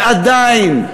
ועדיין,